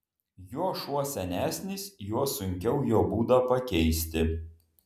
juo šuo senesnis juo sunkiau jo būdą pakeisti